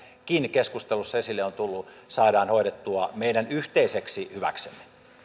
keskustelussa esille on tullut saadaan hoidettua meidän yhteiseksi hyväksemme